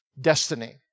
destiny